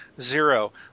Zero